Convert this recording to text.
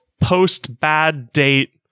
post-bad-date